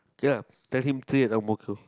okay ah text him three at Ang-Mo-Kio